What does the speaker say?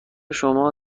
شما